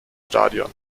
stadion